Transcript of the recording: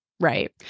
Right